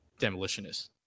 demolitionist